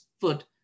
foot